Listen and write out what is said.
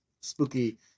spooky